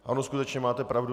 Ano, skutečně máte pravdu.